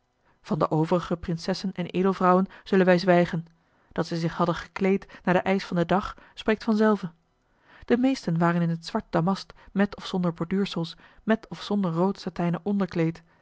van de overige prinsesses en edelvrouwen zullen wij zwijgen dat zij zich hadden gekleed naar den eisch van den dag spreekt vanzelve de meesten waren in t zwart damast met of zonder borduursels met of zonder rood satijnen